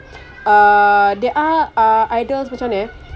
uh there are uh idols macam mana eh